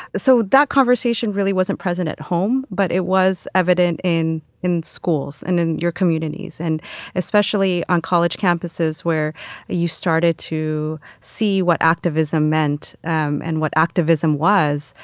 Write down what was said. so that conversation really wasn't present at home. but it was evident in in schools and in your communities and especially on college campuses where you started to see what activism meant um and what activism was.